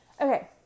Okay